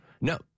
No